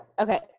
Okay